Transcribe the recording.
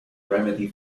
remedy